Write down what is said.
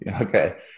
Okay